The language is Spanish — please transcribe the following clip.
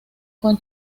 con